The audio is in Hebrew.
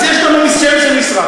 אז יש לנו שם של משרד,